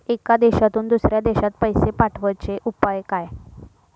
एका देशातून दुसऱ्या देशात पैसे पाठवचे उपाय काय?